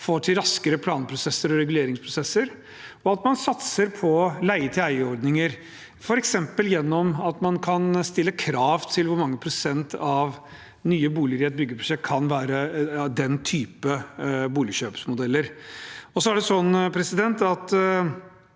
får til raskere planprosesser og reguleringsprosesser, og at man satser på leie-til-eieordninger, f.eks. gjennom at man kan stille krav til hvor mange prosent av nye boliger i et byggeprosjekt som kan være den typen boligkjøpsmodeller. Det pekes på